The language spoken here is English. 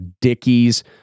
Dickies